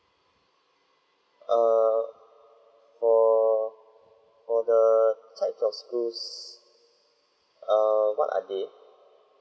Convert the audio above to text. err for for the types of schools err what are there